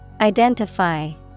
Identify